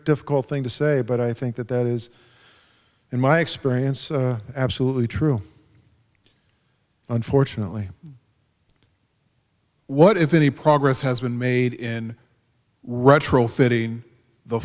difficult thing to say but i think that that is in my experience absolutely true unfortunately what if any progress has been made in retrofitting the